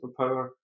superpower